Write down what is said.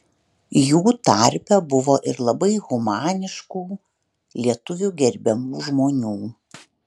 jų tarpe buvo ir labai humaniškų lietuvių gerbiamų žmonių